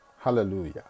hallelujah